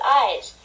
eyes